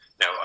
Now